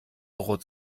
rot